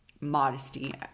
modesty